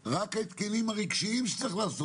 רק העניינים הרגשיים שצריכים לעשות